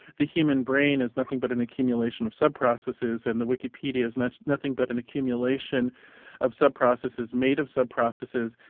the human brain is nothing but an accumulation of sub-processes, and the wikipedia is nothing nothing but an accumulation of sub-processes made of sub-processes,